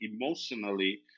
emotionally